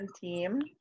team